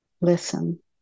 listen